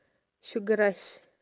sugar rush